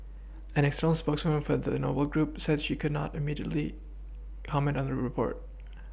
an external spokeswoman for the Noble group said she could not immediately comment on the report